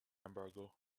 embargo